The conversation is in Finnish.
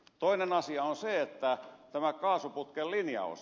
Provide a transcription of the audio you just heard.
toinen asia on tämän kaasuputken linjaus